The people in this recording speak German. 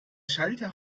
schalter